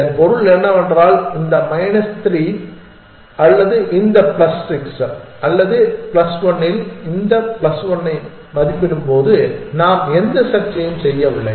இதன் பொருள் என்னவென்றால் இந்த மைனஸ் 3 அல்லது இந்த பிளஸ் 6 அல்லது பிளஸ் 1 இல் இந்த பிளஸ் 1 ஐ மதிப்பிடும்போது நாம் எந்த செர்ச்சையும் செய்யவில்லை